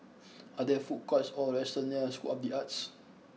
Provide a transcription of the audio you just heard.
are there food courts or restaurants near School of The Arts